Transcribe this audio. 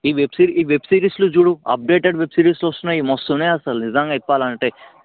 ఈ వెబ్సిరీ ఈ వెబ్సిరీస్లు చూడు అప్డేటెడ్ వెబ్సిరీస్ వస్తున్నాయి మస్తు ఉన్నాయి అసలు నిజంగా చెప్పాలంటే